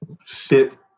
sit